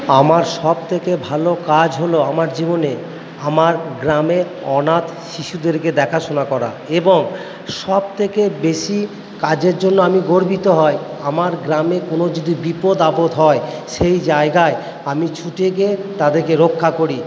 আমার সব থেকে ভালো কাজ হলো আমার জীবনে আমার গ্রামের অনাথ শিশুদেরকে দেখাশুনা করা এবং সব থেকে বেশি কাজের জন্য আমি গর্বিত হয় আমার গ্রামের কোনো যদি বিপদ আপদ হয় সেই জায়গায় আমি ছুটে গিয়ে তাদেরকে রক্ষা করি